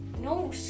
No